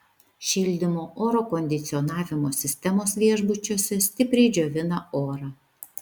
šildymo oro kondicionavimo sistemos viešbučiuose stipriai džiovina orą